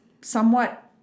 somewhat